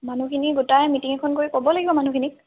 মানুহখিনি গোটাই মিটিং এখন কৰি ক'ব লাগিব মানুহখিনিক